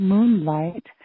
Moonlight